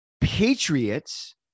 Patriots